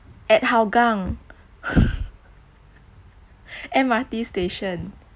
at hougang M_R_T station